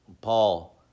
Paul